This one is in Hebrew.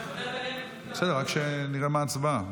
בסדר, רק שנראה מה ההצבעה.